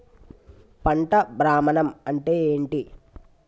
పంట భ్రమణం అంటే ఏంటి?